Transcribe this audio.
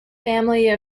family